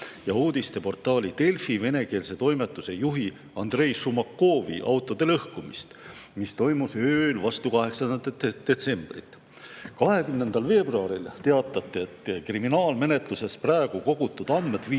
ja uudisteportaali Delfi venekeelse toimetuse juhi Andrei Šumakovi autode lõhkumist, mis toimus ööl vastu 8. detsembrit. 20. veebruaril teatati, et kriminaalmenetluses kogutud andmed viitavad,